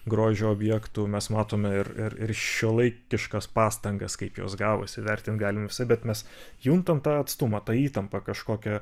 grožio objektų mes matome ir ir šiuolaikiškas pastangas kaip jos gavosi vertint galim visaip bet mes juntam tą atstumą tą įtampą kažkokią